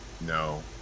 No